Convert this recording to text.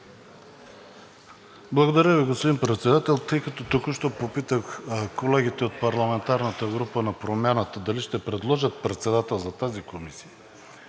Благодаря Ви, господин Председател. Тъй като току-що попитах колегите от парламентарната група на Промяната дали ще предложат председател за тази комисия,